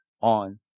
on